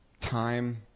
time